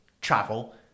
travel